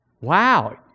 Wow